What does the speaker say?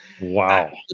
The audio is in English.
Wow